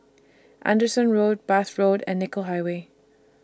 Anderson Road Bath Road and Nicoll Highway